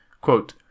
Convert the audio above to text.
Quote